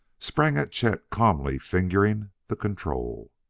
sprang at chet calmly fingering the control.